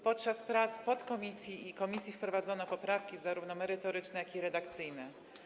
Podczas prac podkomisji i komisji wprowadzono poprawki zarówno merytoryczne, jak i redakcyjne.